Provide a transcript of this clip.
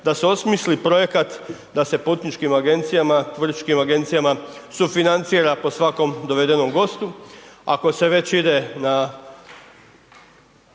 da se osmisli projekat da se putničkim agencijama, turističkim agencijama sufinancira po svakom dovedenom gostu, ako se već ide na